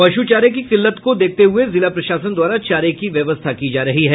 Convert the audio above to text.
पशु चारे की किल्लत को देखते हुये जिला प्रशासन द्वारा चारे की व्यवस्था की जा रही है